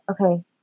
Okay